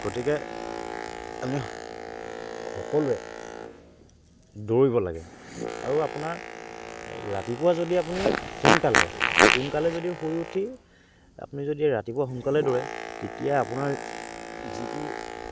গতিকে আমি সকলোৱে দৌৰিব লাগে আৰু আপোনাৰ ৰাতিপুৱা যদি আপুনি সোনকালে সোনকালে যদি শুই উঠি আপুনি যদি ৰাতিপুৱা সোনকালে দৌৰে তেতিয়া আ পোনাৰ যিটো